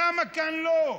למה כאן לא?